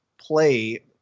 play